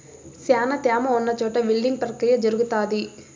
శ్యానా త్యామ ఉన్న చోట విల్టింగ్ ప్రక్రియ జరుగుతాది